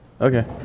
Okay